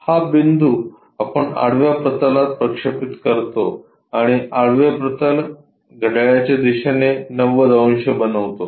हा बिंदू आपण आडव्या प्रतलात प्रक्षेपित करतो आणि आडवे प्रतल घड्याळाच्या दिशेने 90 अंश बनवतो